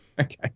okay